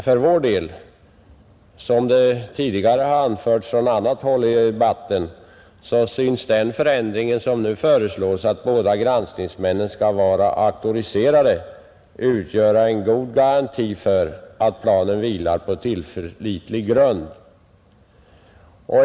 För vår del anser vi, som tidigare i debatten har framhållits, att den föreslagna ändringen att båda granskningsmännen skall vara auktoriserade bör utgöra en god garanti för att planen vilar på tillförlitlig grund.